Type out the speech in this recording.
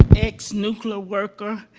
ex-nuclear worker,